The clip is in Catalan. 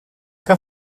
que